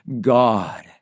God